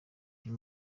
uyu